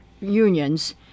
unions